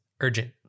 Urgent